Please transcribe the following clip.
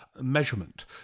measurement